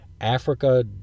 Africa